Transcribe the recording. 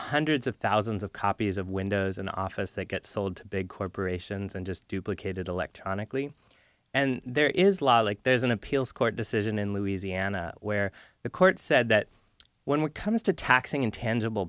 hundreds of thousands of copies of windows and office that get sold big corporations and just duplicated electronically and there is law like there's an appeals court decision in louisiana where the court said that one word comes to taxing intangible